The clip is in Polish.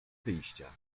wyjścia